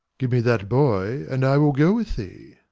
give me that boy and i will go with thee.